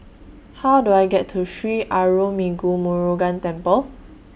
How Do I get to Sri Arulmigu Murugan Temple